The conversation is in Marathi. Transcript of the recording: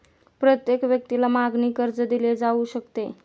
प्रत्येक व्यक्तीला मागणी कर्ज दिले जाऊ शकते